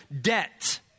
debt